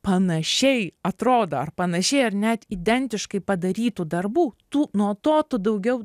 panašiai atrodo ar panašiai ar net identiškai padarytų darbų tų nuo to tu daugiau